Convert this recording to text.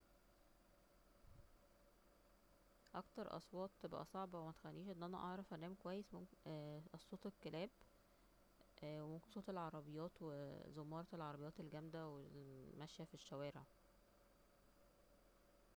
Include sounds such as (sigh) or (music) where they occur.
اكتر اصوات بتبقى صعبة ومتخلينيش أن أنا أعرف انام كويس (hesitation) صوت الكلاب و (hesitation) ممكن صوت العربيات وزمارة العربيات الجامدة والماشية في الشوارع